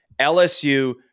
LSU